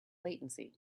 latency